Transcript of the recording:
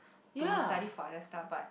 to study for other stuff but